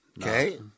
Okay